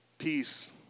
peace